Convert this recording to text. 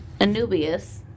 Anubius